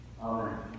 Amen